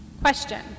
Question